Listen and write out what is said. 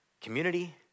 community